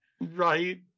Right